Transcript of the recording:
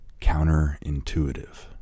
counterintuitive